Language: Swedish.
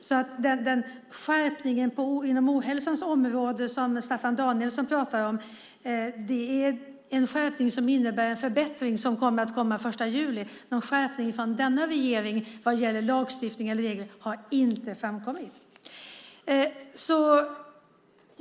Skärpningen inom ohälsans område som Staffan Danielsson pratar om är en skärpning som innebär en förbättring som kommer den 1 juli. Någon skärpning från denna regering vad gäller lagstiftning eller regler har inte kommit.